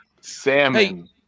Salmon